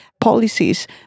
policies